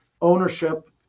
ownership